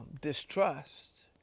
Distrust